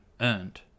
earned